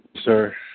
sir